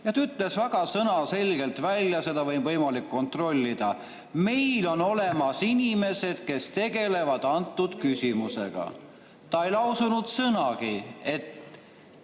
ütles ta väga sõnaselgelt välja, seda on võimalik kontrollida, et meil on olemas inimesed, kes tegelevad antud küsimusega. Ta ei lausunud sõnagi, et